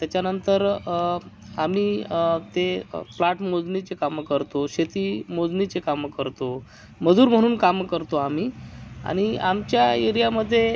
त्याच्यानंतर आम्ही ते फ्लॅट मोजणीचे कामं करतो शेती मोजणीचे कामं करतो मजूर म्हणून कामं करतो आम्ही आणि आमच्या एरियामध्ये